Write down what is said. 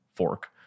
fork